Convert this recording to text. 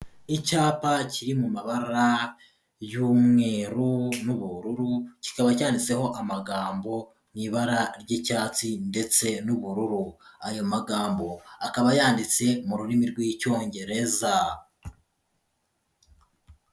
Icyapa kiri mu mabara y'umweru n'ubururu, kikaba cyanditseho amagambo y'ibara ry'icyatsi ndetse n'ubururu, ayo magambo akaba yanditse mu rurimi rw'icyongereza.